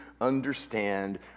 understand